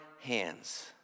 hands